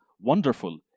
wonderful